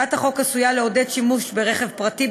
הצעת החוק עשויה לעודד שימוש ברכב פרטי,